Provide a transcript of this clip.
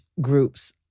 groups